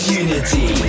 unity